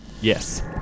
Yes